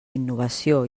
innovació